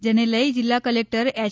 જેને લઇ જિલ્લા કલેક્ટર એચ